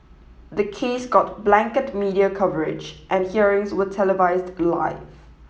the case got blanket media coverage and hearings were televised live